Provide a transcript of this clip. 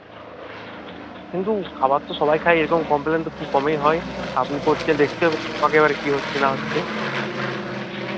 কিন্তু খাবার তো সবাই খায় এরকম কমপ্লেন তো খুব কমই হয় আপনি করছেন দেখতে হবে তো আমাকে এবারে কী হচ্ছে না হচ্ছে